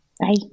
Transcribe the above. Bye